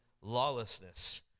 lawlessness